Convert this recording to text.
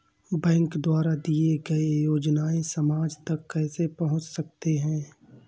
Bank द्वारा दिए गए योजनाएँ समाज तक कैसे पहुँच सकते हैं?